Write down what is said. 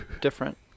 different